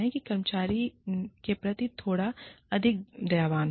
अपने कर्मचारियों के प्रति थोड़ा अधिक दयावान बने